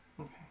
Okay